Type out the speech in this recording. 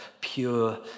pure